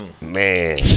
Man